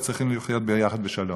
וצריכים לחיות יחד בשלום.